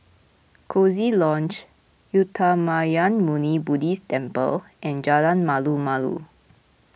Coziee Lodge Uttamayanmuni Buddhist Temple and Jalan Malu Malu